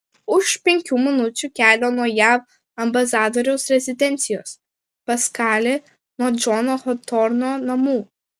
už penkių minučių kelio nuo jav ambasadoriaus rezidencijos paskali nuo džono hotorno namų